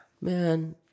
Man